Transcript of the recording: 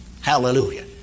Hallelujah